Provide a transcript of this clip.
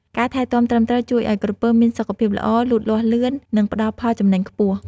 ការថែទាំត្រឹមត្រូវជួយឲ្យក្រពើមានសុខភាពល្អ លូតលាស់លឿន និងផ្តល់ផលចំណេញខ្ពស់។